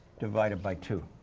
divided by two.